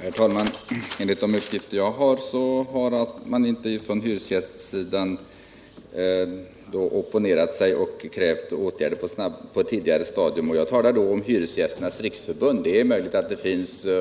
Herr talman! Enligt de uppgifter jag har, har man inte från hyresgästsidan opponerat sig eller krävt åtgärder på ett tidigare stadium. Jag talar då om Hyresgästernas riksförbund. Det är möjligt att